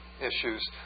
issues